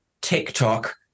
TikTok